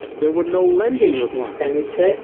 there were no lending requirements.